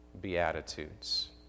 beatitudes